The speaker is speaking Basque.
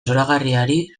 zoragarriari